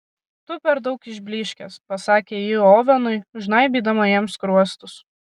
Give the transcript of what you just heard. tu per daug išblyškęs pasakė ji ovenui žnaibydama jam skruostus